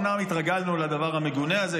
אומנם התרגלנו לדבר המגונה הזה,